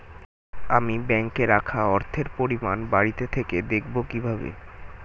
আমি ব্যাঙ্কে রাখা অর্থের পরিমাণ বাড়িতে থেকে দেখব কীভাবে?